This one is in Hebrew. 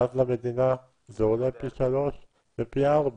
ואז למדינה זה עולה פי שלוש ופי ארבע.